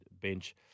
bench